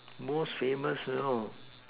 most famous you know